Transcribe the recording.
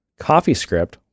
CoffeeScript